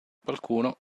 qualcuno